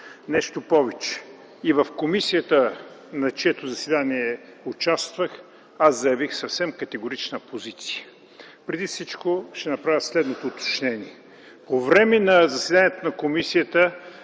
Нещо повече – и в комисията, на чието заседание участвах, заявих съвсем категорична позиция. Преди всичко ще направя следното уточнение – по време на заседанието на комисията